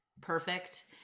perfect